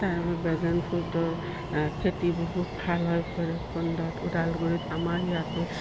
তাৰ ড্ৰেগন ফ্ৰুটৰ খেতি বহুত ভাল হয় ভৈৰৱকুণ্ডত ওদালগুৰিত আমাৰ ইয়াতে